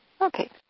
Okay